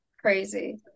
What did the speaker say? crazy